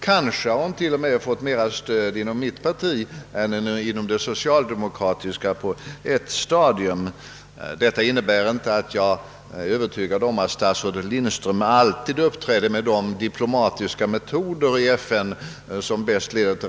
Kanske har hon till och med på ett stadium fått mera stöd från mitt parti än från det socialdemokratiska partiet. Detta innebär emellertid inte att jag är övertygad om att statsrådet fru Lindström alltid i FN har tillämpat de diplomatiska metoder som leder till de bästa resultaten.